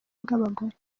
bw’abagore